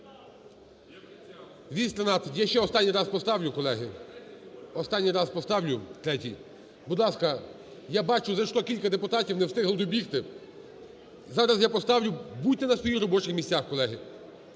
213. Я ще останній раз поставлю. Колеги, останній раз поставлю третій. Будь ласка, я бачу зайшло кілька депутатів, не встигли добігти. Зараз я поставлю, будьте на своїх робочих місцях, колеги.